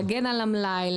להגן על המלאי,